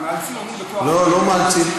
מאלצים, אומרים בכוח, לא, לא מאלצים.